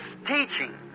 teaching